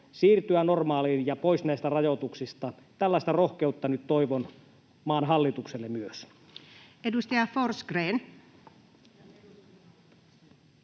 siirtyä normaaliin ja pois näistä rajoituksista. Tällaista rohkeutta nyt toivon myös maan hallitukselle. [Sari Sarkomaa: